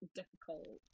difficult